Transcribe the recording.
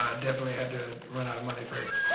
um definitely had to run out of money first.